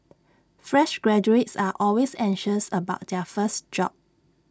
fresh graduates are always anxious about their first job